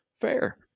Fair